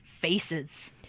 faces